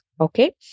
Okay